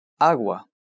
agua